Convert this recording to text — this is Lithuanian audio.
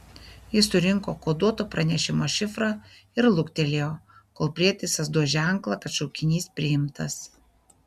jis surinko koduoto pranešimo šifrą ir luktelėjo kol prietaisas duos ženklą kad šaukinys priimtas